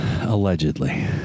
Allegedly